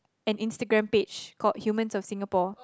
an Instagram page called humans of Singapore